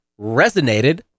resonated